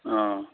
অঁ